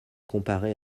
comparée